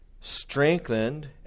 Strengthened